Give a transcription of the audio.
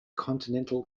continental